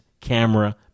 Camera